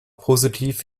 positiv